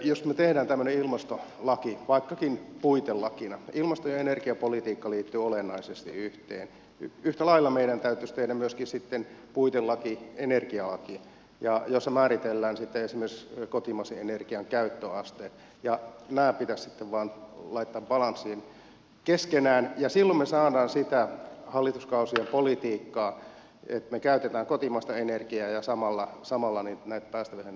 jos me teemme tämmöisen ilmastolain vaikkakin puitelakina ilmasto ja energiapolitiikka liittyy olennaisesti yhtiö yhtä lailla meidän täytyisi tehdä myöskin sitten puitelakina energialaki jossa määritellään sitten esimerkiksi kotimaisen energian käyttöaste ja nämä pitäisi sitten vain laittaa balanssiin keskenään ja silloin me saamme sitä hallituskausien politiikkaa että me käytämme kotimaista energiaa ja samalla toteutamme näitä päästövähennyksiä